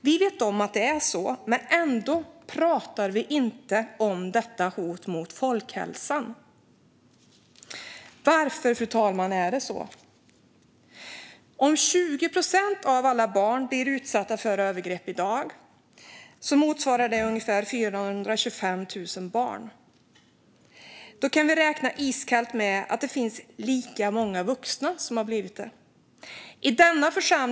Vi vet att det är så, men ändå pratar vi inte om detta hot mot folkhälsan. Varför är det så? Om 20 procent av alla barn blir utsatta för övergrepp motsvarar det ungefär 425 000 barn. Då kan vi räkna iskallt med att det finns lika många vuxna som har blivit det.